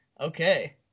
Okay